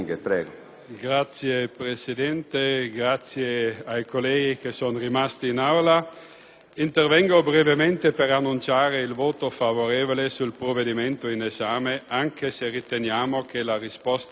Intervengo brevemente per annunciare il voto favorevole sul provvedimento in esame, anche se riteniamo che la risposta fornita sia insufficiente a contenere il disagio abitativo